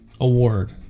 award